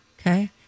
Okay